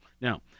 Now